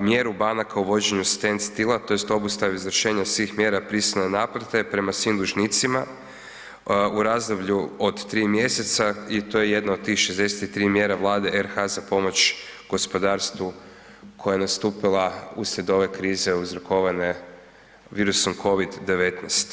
mjeru banaka o uvođenju stand stilla tj. obustavi izvršenja svih mjera prisilne naplate prema svim dužnicima u razdoblju od 3 mjeseca i to je jedna od tih 63 mjera Vlade RH za pomoć gospodarstvu koja je nastupila uslijed ove krize uzrokovane virusom Covid-19.